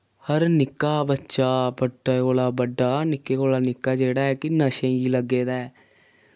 हर निक्का बच्चा बड्डे कोला बड्डा निक्के कोला निक्का जेह्ड़ा ऐ कि नशें गी लग्गे दे ऐ